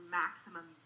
maximum